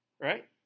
right